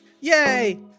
Yay